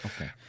Okay